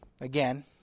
Again